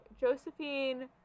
Josephine